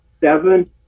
seven